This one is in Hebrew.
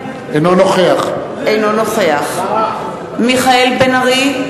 אינו נוכח מיכאל בן-ארי,